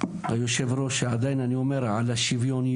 והיושב ראש יודע שאני עדיין מדבר על השוויוניות,